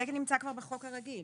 זה נמצא בחוק הרגיל.